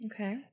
Okay